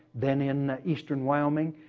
then in eastern wyoming.